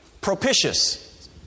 propitious